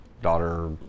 Daughter